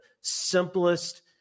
simplest